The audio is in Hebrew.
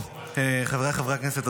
חבריי חברי הכנסת,